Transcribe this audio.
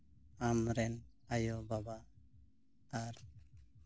ᱟᱢ ᱨᱮᱱ ᱟᱭᱳᱼᱵᱟᱵᱟ ᱟᱨ